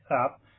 up